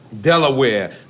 Delaware